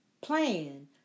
plan